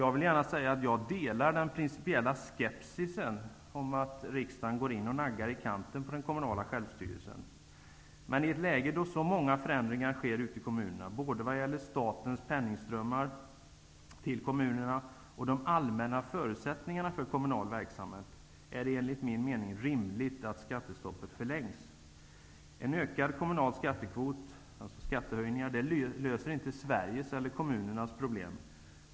Jag vill gärna säga att jag delar den principiella skepsisen mot att riksdagen går in och naggar den kommunala självstyrelsen i kanten. Men i ett läge då så många förändringar sker ute i kommunerna, när det gäller både statens penningströmmar till kommunerna och de allmänna förutsättningarna för kommunal verksamhet, är det enligt min mening rimligt att skattestoppet förlängs. En ökad kommunal skattekvot, alltså skattehöjningar, löser inte Sveriges eller kommunernas problem.